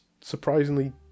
surprisingly